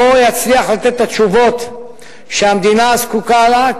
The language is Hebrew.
לא יצליח לתת את התשובות שהמדינה זקוקה להן,